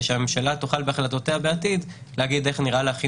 שהממשלה תוכל בהחלטותיה בעתיד להגיד איך נראה לה הכי